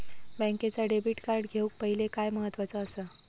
बँकेचा debit card घेउक पाहिले काय महत्वाचा असा?